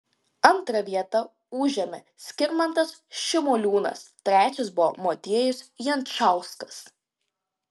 antrą vietą užėmė skirmantas šimoliūnas trečias buvo motiejus jančauskas